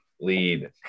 lead